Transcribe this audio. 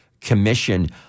Commission